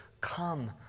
come